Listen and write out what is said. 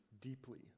deeply